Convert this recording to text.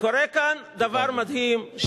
קורה כאן דבר מדהים,